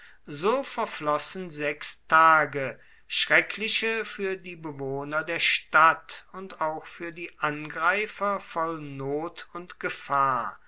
so verflossen sechs tage schreckliche für die bewohner der stadt und auch für die angreifer voll not und gefahr